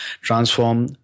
transform